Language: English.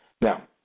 Now